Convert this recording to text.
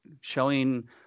showing